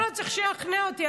אתה לא צריך לשכנע אותי.